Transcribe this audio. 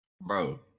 Bro